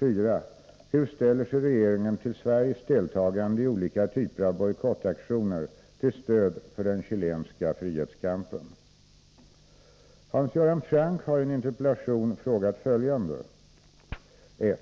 4. Hurställer sig regeringen till Sveriges deltagande i olika typer av bojkottaktioner till stöd för den chilenska frihetskampen? Hans Göran Franck har i en interpellation frågat följande: 1.